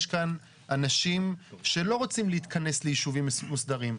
יש כאן אנשים שלא רוצים להתכנס ליישובים מוסדרים.